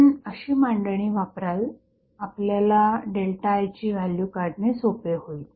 आपण अशी मांडणी वापराल आपल्याला ΔI ची व्हॅल्यू काढणे सोपे होईल